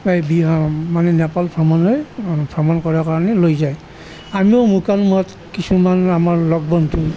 এই বিহাম মানে নেপাল ভ্ৰমণলৈ ভ্ৰমণ কৰাৰ কাৰণে লৈ যায় আমিও মুকালমুৱাত কিছুমান আমাৰ লগ বন্ধু